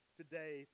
today